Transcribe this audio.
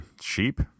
sheep